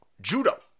judo